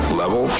level